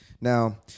Now